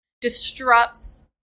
disrupts